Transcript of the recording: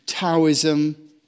Taoism